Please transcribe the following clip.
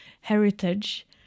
heritage